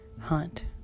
hunt